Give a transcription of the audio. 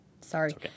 sorry